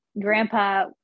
grandpa